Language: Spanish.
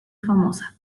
famosa